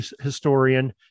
historian